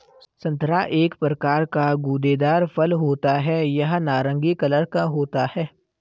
संतरा एक प्रकार का गूदेदार फल होता है यह नारंगी कलर का होता है